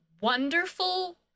wonderful